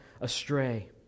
astray